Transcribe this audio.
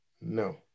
no